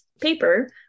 paper